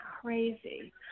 crazy